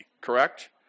Correct